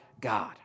God